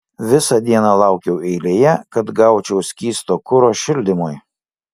visą dieną laukiau eilėje kad gaučiau skysto kuro šildymui